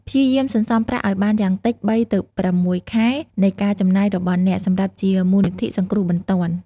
ព្យាយាមសន្សំប្រាក់ឱ្យបានយ៉ាងតិច ៣ ទៅ ៦ ខែនៃការចំណាយរបស់អ្នកសម្រាប់ជាមូលនិធិសង្គ្រោះបន្ទាន់។